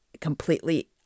completely